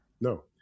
No